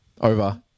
over